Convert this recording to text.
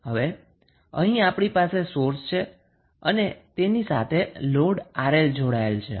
હવે અહીં આપણી પાસે સોર્સ છે અને તેની સાથે લોડ 𝑅𝐿 જોડેલ છે